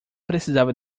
precisava